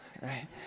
right